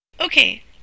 Okay